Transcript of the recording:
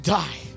die